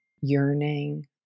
yearning